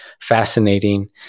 fascinating